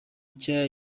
nshya